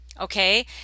okay